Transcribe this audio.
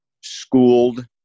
schooled